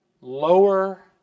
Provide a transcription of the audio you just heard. Lower